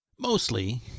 Mostly